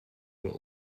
were